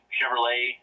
Chevrolet